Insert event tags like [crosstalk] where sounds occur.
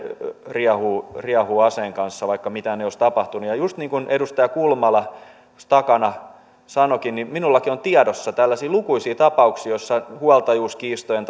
riehuu riehuu aseen kanssa vaikka mitään ei olisi tapahtunut juuri niin kuin edustaja kulmala tuossa takana sanoikin minullakin on tiedossa lukuisia tällaisia tapauksia joissa huoltajuuskiistojen [unintelligible]